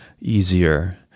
easier